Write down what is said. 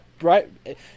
right